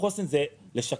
החוסן זה לשקם,